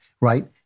right